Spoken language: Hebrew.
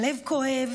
הלב כואב